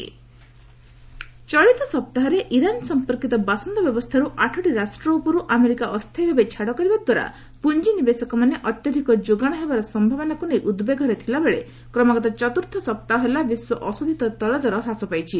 crude oil ଚଳିତ ସପ୍ତାହରେ Iran ସମ୍ପର୍କୀତ ବାସନ୍ଦ ବ୍ୟବସ୍ଥାର୍ ଆଠଟି ରାଷ୍ଟ ଉପରୁ ଆମେରିକା ଅସ୍ଥାୟୀ ଭାବେ ଛାଡ଼ କରିବା ଦ୍ୱାରା ପୁଞ୍ଜିନିବେଶକମାନେ ଅତ୍ୟଧିକ ଯୋଗାଣ ହେବାର ସମ୍ଭାବନାକୁ ନେଇ ଉଦ୍ବେଗରେ ଥିଲାବେଳେ କ୍ରମାଗତ ଚତୁର୍ଥ ସପ୍ତାହ ହେଲା ବିଶ୍ୱ ଅଶୋଧିତ ତୈଳ ଦର ହ୍ରାସ ପାଇଛି